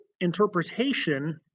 interpretation